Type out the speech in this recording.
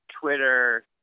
Twitter